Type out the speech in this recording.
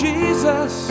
Jesus